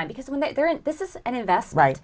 mind because when they're in this is and invest right